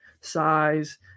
size